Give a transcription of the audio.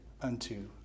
unto